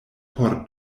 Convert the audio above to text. por